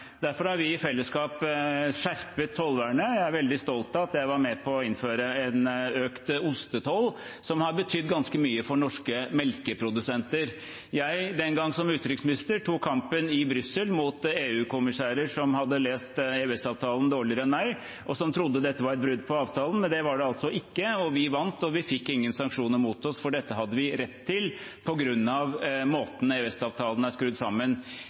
Derfor har vi i fellesskap skjerpet tollvernet. Jeg er veldig stolt av at jeg var med på å innføre en økt ostetoll som har betydd ganske mye for norske melkeprodusenter. Som utenriksminister den gang tok jeg kampen i Brussel mot EU-kommissærer som hadde lest EØS-avtalen dårligere enn meg, og som trodde dette var et brudd på avtalen, men det var det altså ikke. Vi vant, og vi fikk ingen sanksjoner mot oss, for dette hadde vi rett til på grunn av måten EØS-avtalen er skrudd sammen.